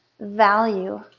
value